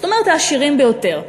זאת אומרת העשירים ביותר.